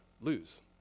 lose